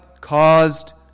caused